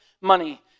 money